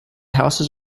houses